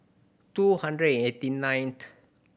two hundred and eighty ninth